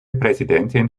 präsidentin